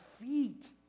feet